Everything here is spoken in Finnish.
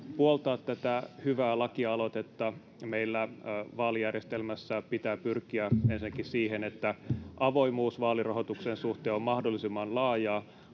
puoltaa tätä hyvää lakialoitetta. Meillä vaalijärjestelmässä pitää pyrkiä ensinnäkin siihen, että avoimuus vaalirahoituksen suhteen on mahdollisimman laajaa,